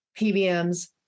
PBMs